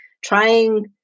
trying